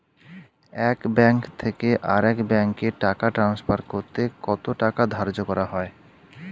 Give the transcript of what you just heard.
এক ব্যাংক থেকে আরেক ব্যাংকে টাকা টান্সফার করতে কত টাকা ধার্য করা হয়?